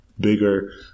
bigger